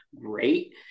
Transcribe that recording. great